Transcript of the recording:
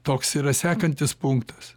toks yra sekantis punktas